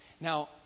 Now